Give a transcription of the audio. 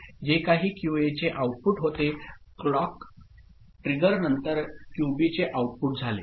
जे काही क्यूए चे आउटपुट होते क्लोक ट्रिगर नंतर क्यूबीचे आउटपुट झाले